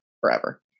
forever